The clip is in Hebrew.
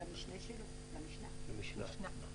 נמצאת פה גם המשנה למנכ"ל ונראה